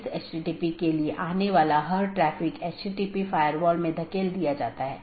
जैसा कि हमने देखा कि रीचैबिलिटी informations मुख्य रूप से रूटिंग जानकारी है